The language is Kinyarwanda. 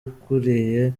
ukuriye